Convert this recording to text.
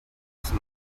fixes